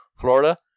Florida